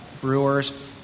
brewers